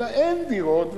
אלא אין דירות,